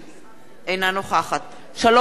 אינה נוכחת שלום שמחון,